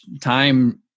time